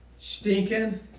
stinking